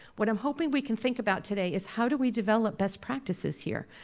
what i'm hoping we can think about today is how do we develop best practices here?